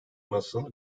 nasıl